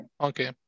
Okay